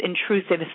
intrusive